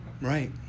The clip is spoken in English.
right